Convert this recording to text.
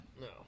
No